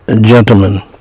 gentlemen